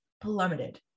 plummeted